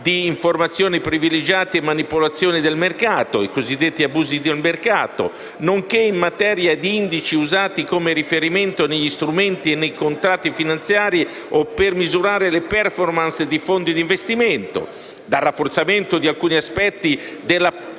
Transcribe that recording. di informazioni privilegiate e manipolazioni del mercato (i cosiddetto abusi di mercato), nonché in materia di indici usati come riferimento negli strumenti e nei contratti finanziari o per misurare la *performance* di fondi di investimento; dal rafforzamento di alcuni aspetti della